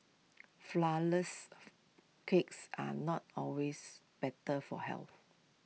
flourless cakes are not always better for health